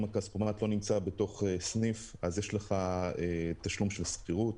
אם הכספומט לא נמצא בתוך סניף אז יש לך תשלום של שכירות.